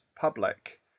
public